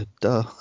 duh